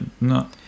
No